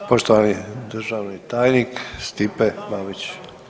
Poštovani državni tajnik Stipe Mamić.